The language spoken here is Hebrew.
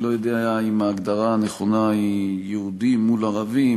אני לא יודע אם ההגדרה הנכונה היא יהודים מול ערבים,